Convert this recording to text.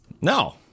no